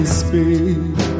speak